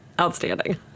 Outstanding